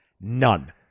none